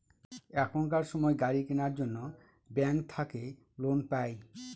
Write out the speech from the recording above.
এখনকার সময় গাড়ি কেনার জন্য ব্যাঙ্ক থাকে লোন পাই